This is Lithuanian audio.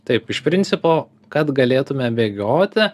taip iš principo kad galėtume bėgioti